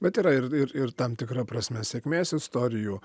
bet yra ir ir tam tikra prasme sėkmės istorijų